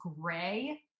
gray